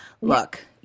look